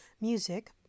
Music